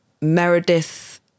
Meredith